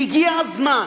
והגיע הזמן